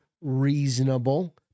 Reasonable